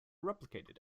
replicated